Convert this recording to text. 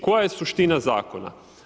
Koja je suština Zakona?